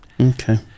Okay